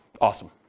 Awesome